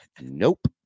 nope